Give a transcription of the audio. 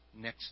next